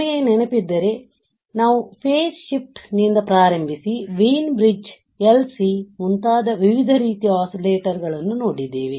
ನಿಮಗೆ ನೆನಪಿದ್ದರೆ ನಾವು ಫೇಸ್ ಶಿಫ್ಟ್ ನಿಂದ ಪ್ರಾರಂಭಿಸಿ ವೆಯಿನ್ ಬ್ರಿಡ್ಜ್ LC ಮುಂತಾದ ವಿವಿಧ ರೀತಿಯ ಒಸ್ಸಿಲೇಟರ್ಗಳನ್ನು ನೋಡಿದ್ದೇವೆ